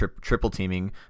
triple-teaming